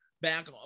Back